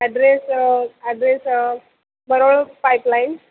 address address Marol pipeline